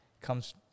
comes